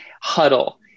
huddle